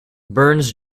burns